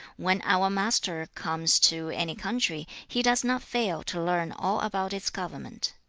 when our master comes to any country, he does not fail to learn all about its government.